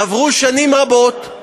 עברו שנים רבות,